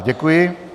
Děkuji.